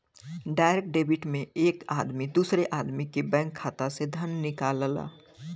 direct debit में एक आदमी दूसरे आदमी के बैंक खाता से धन निकालला